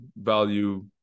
value